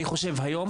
אני חושב שהיום